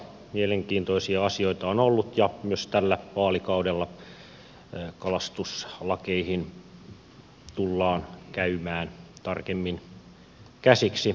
mielenkiintoisia asioita on ollut ja myös tällä vaalikaudella kalastuslakeihin tullaan käymään tarkemmin käsiksi